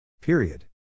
Period